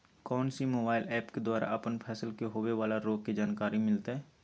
कौन सी mobile app के द्वारा अपन फसल के होबे बाला रोग के जानकारी मिलताय?